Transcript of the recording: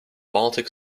baltic